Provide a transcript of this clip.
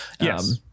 Yes